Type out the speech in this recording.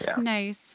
Nice